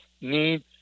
need